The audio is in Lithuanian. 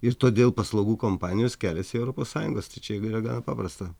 ir todėl paslaugų kompanijos keliasi į europos sąjungos tai čia yra gana paprasta